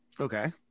Okay